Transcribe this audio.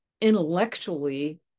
intellectually